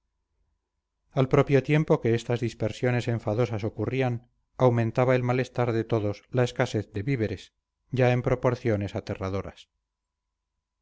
al propio tiempo que estas dispersiones enfadosas ocurrían aumentaba el malestar de todos la escasez de víveres ya en proporciones aterradoras